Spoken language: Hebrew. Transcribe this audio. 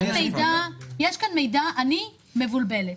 אני מבולבלת.